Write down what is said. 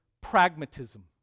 pragmatism